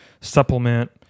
supplement